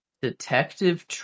Detective